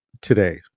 today